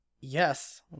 Yes